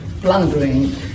plundering